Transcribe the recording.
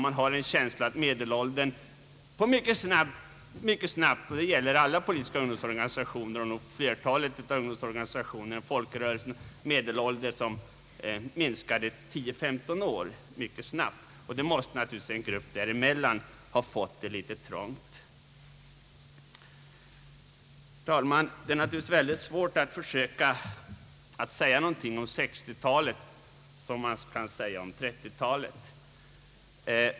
Jag har en känsla av att medelåldern mycket snabbt minskade med 10 å 15 år. Detta gäller alla de politiska ungdomsförbunden liksom flertalet av de andra folkrörelsernas ungdomsorganisationer. Därigenom måste naturligtvis en grupp däremellan ha fått det litet trångt. Herr talman! Det är naturligtvis väldigt svårt att säga någonting om 1960 talet på samma sätt som man kan göra om 1930-talet.